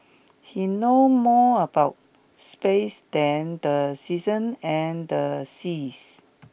he know more about space than the seasons and the seas